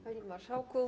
Panie Marszałku!